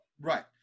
Right